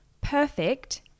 perfect